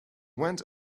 went